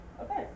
Okay